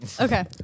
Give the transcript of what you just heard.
Okay